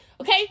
Okay